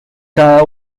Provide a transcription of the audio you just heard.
cada